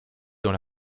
dans